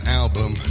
album